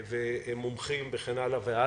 מומחים שונים וכן הלאה.